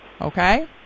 Okay